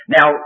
Now